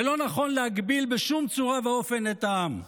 ולא נכון להגביל בשום צורה ואופן את העם.